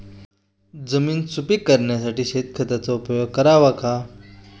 जमीन सुपीक करण्यासाठी शेणखताचा उपयोग करावा का?